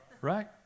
right